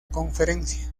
conferencia